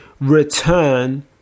return